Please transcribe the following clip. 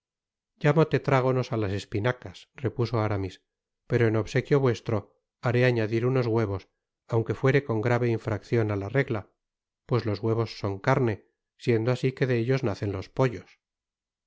llamo tetrágonos á las espinacas repuso aramis pero en obsequio vuestro haré añadir unos huevos aunque fuere con grave infraccion á la regla pues los huevos son carne siendo asi que de ellos nacen los potlos